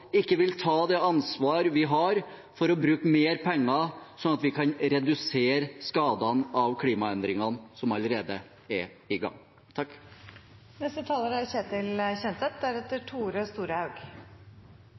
ikke vil ta det ansvaret vi har gjennom å bruke mer penger, slik at vi kan redusere skadene av klimaendringene som allerede er i gang. Diskusjonen om klima er